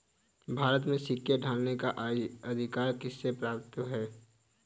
भारत में सिक्के ढालने का अधिकार किसे प्राप्त है?